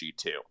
g2